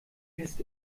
ist